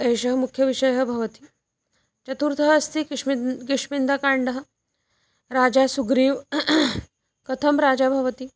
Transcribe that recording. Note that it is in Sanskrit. एषः मुख्यविषयः भवति चतुर्थः अस्ति किष्किन्धा केष्किन्धाकाण्डं राजा सुग्रीवः कथं राजा भवति